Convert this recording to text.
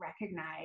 recognize